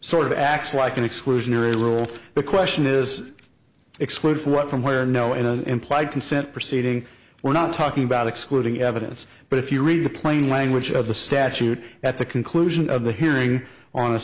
sort of acts like an exclusionary rule the question is exclude from what from where no in an implied consent proceeding we're not talking about excluding evidence but if you read the plain language of the statute at the conclusion of the hearing on